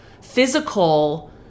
physical